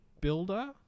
builder